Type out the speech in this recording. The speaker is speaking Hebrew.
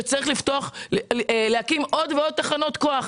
שצריך להקים עוד ועוד תחנות כוח.